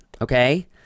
Okay